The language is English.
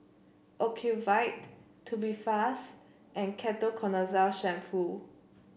Ocuvite Tubifast and Ketoconazole Shampoo